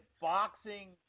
boxing